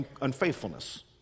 unfaithfulness